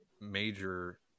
major